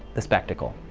the spectacle.